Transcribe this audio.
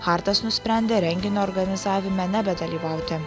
hartas nusprendė renginio organizavime nebedalyvauti